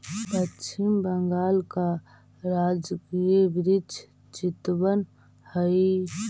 पश्चिम बंगाल का राजकीय वृक्ष चितवन हई